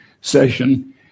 session